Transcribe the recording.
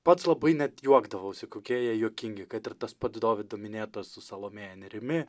pats labai net juokdavausi kokie jie juokingi kad ir tas pats dovydo minėtas su salomėja nėrimi